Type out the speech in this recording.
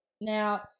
Now